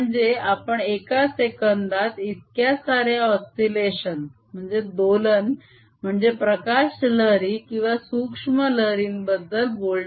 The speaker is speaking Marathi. म्हणजे आपण एका सेकंदात इतक्या साऱ्या ओस्सिलेशन दोलन म्हणजे प्रकाश लहरी किंवा सूक्ष्म लहरी बद्दल बोलणार